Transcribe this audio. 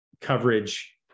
coverage